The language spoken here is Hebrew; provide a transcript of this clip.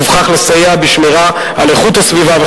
ובכך לסייע בשמירה על איכות הסביבה,